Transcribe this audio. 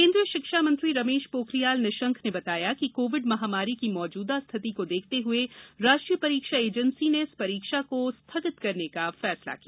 केंद्रीय शिक्षा मंत्री रमेश पोखरियाल निशंक ने बताया कि कोविड महामारी की मौजूदा स्थिति को देखते हुए राष्ट्रीय परीक्षा एजेंसी ने इस परीक्षा को स्थिगित करने का फैसला किया